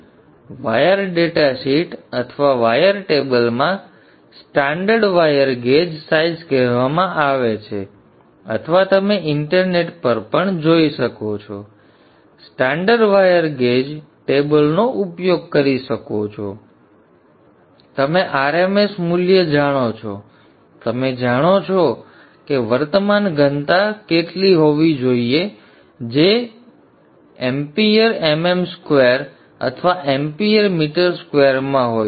તેને wire datasheet અથવા wire ટેબલમાં સ્ટાન્ડર્ડ વાયર ગેજ સાઇઝ કહેવામાં આવે છે અથવા તમે ઇન્ટરનેટ પર પણ જઇ શકો છો અને સ્ટાન્ડર્ડ વાયર ગેજ ટેબલનો ઉપયોગ કરી શકો છો તમે r m s નું મૂલ્ય જાણો છો તમે જાણો છો કે વર્તમાન ઘનતા કેટલી હોવી જોઇએ જે એમ્પીયર mm square અથવા એમ્પીયર મીટર square માં હોય છે